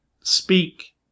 speak